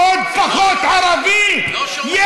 עוד ערבי אחד פחות.